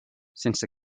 sense